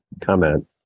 comment